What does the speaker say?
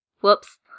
Whoops